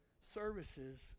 services